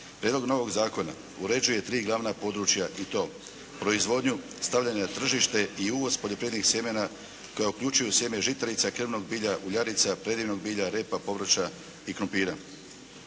Prijedlog novog zakona uređuje tri glavna područja i to proizvodnju, stavljanje na tržište i uvoz poljoprivrednih sjemena koje uključuju sjeme žitarica, krvnog bilja, uljarica, predivnog bilja, repa, povrća i krumpira.